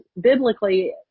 biblically